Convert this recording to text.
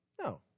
No